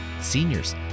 seniors